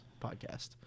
podcast